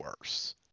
worse